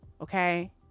Okay